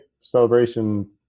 celebration